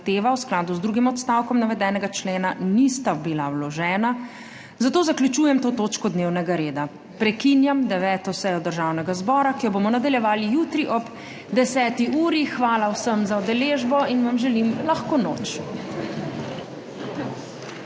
v skladu z drugim odstavkom navedenega člena nista bila vložena, zato zaključujem to točko dnevnega reda. Prekinjam 9. sejo Državnega zbora, ki jo bomo nadaljevali jutri ob 10. uri. Hvala vsem za udeležbo. Želim vam lahko noč!